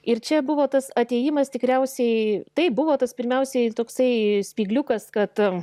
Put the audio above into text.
ir čia buvo tas atėjimas tikriausiai taip buvo tas pirmiausiai toksai spygliukas kad